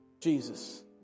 Jesus